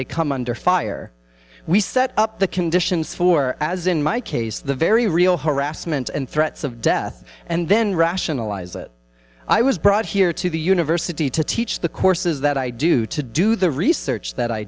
they come under fire we set up the conditions for as in my case the very real harassment and threats of death and then rationalize it i was brought here to the university to teach the courses that i do to do the research that i